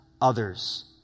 others